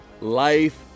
life